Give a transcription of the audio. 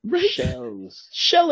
Shells